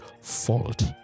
fault